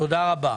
תודה רבה.